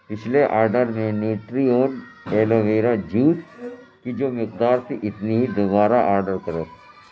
پچھلے آڈر میں Nutriorg aloe vera juice کی جو مقدار تھی اتنی ہی دوبارہ آڈر کرو